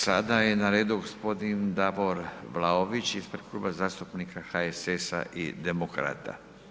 Sada je na redu gospodin Davor Vlaović ispred Kluba zastupnika HSS i Demokrata.